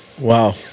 Wow